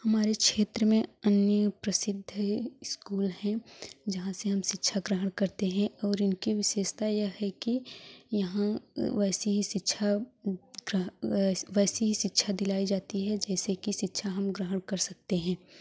हमारे क्षेत्र में अन्य प्रसिद्ध स्कूल हैं जहाँ से हम शिक्षा ग्रहण करते हैं और उनकी विशेषता यह है कि यहाँ वैसी ही शिक्षा वैसी शिक्षा दिलाई जाती है जैसे की शिक्षा हम ग्रहण कर सकते हैं